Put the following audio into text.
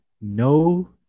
no